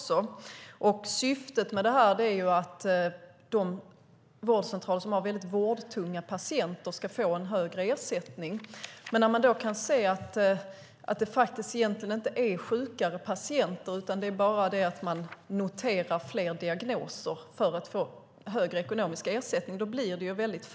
Syftet med det är att de vårdcentraler som har väldigt vårdtunga patienter ska få en högre ersättning. Men det blir väldigt fel när det går att se att det egentligen inte är sjukare patienter utan bara handlar om att man noterar fler diagnoser för att få högre ekonomisk ersättning.